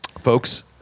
folks